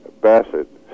Bassett